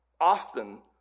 often